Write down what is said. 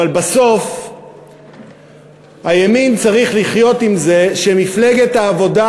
אבל בסוף הימין צריך לחיות עם זה שמפלגת העבודה,